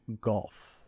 golf